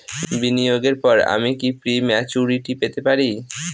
বিনিয়োগের পর আমি কি প্রিম্যচুরিটি পেতে পারি?